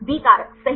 B कारक सही